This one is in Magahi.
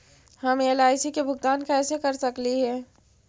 हम एल.आई.सी के भुगतान कैसे कर सकली हे?